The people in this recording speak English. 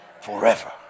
forever